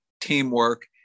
teamwork